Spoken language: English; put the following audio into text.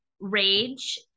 rage